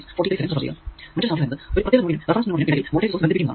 ഒരു പ്രത്യേക നോഡിനും റഫറൻസ് നോഡ് നും ഇടയിൽ വോൾടേജ് സോഴ്സ് ബന്ധിപ്പിക്കുന്നതാണ്